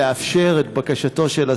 לאפשר את בקשתו של השר.